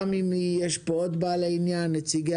גם אם יש כאן עוד בעלי עניין כמו נציגי